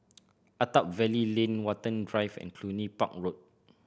Attap Valley Lane Watten Drive and Cluny Park Road